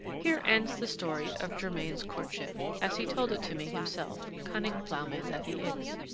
here ends the story of germain's courtship, as he told it to me himself, cunning ploughman that he is!